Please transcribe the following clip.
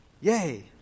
yay